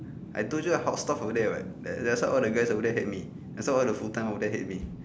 I told you how tough over that [what] that's why all the guys over there hate me thats why all the full time all there hate me